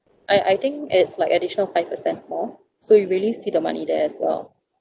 I I think it's like additional five percent more so you really see the money there as well